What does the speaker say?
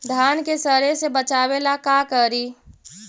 धान के सड़े से बचाबे ला का करि?